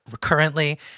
currently